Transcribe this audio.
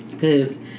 cause